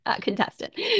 contestant